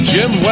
Jim